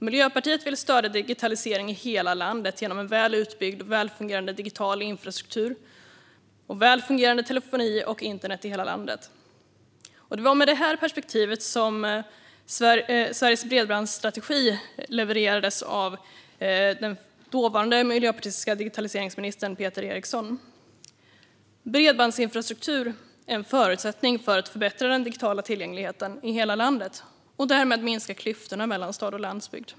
Miljöpartiet vill stödja digitalisering i hela landet genom en väl utbyggd och väl fungerande digital infrastruktur och väl fungerande telefoni och internet i hela landet. Det var med detta perspektiv som Sveriges bredbandsstrategi levererades av den dåvarande miljöpartistiska digitaliseringsministern Peter Eriksson. Bredbandsinfrastruktur är en förutsättning för att förbättra den digitala tillgängligheten i hela landet och därmed minska klyftorna mellan stad och landsbygd.